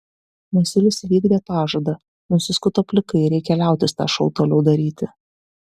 masiulis įvykdė pažadą nusiskuto plikai reikia liautis tą šou toliau daryti